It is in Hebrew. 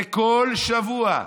זה כל שבוע.